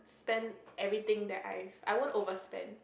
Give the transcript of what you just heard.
spend everything that I I won't overspend